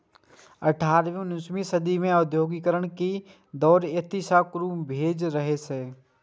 अठारहवीं उन्नसवीं सदी मे औद्योगिकीकरण के दौर एतहि सं शुरू भेल रहै